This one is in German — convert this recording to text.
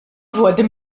wurden